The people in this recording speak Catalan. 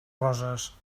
roses